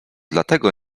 dlatego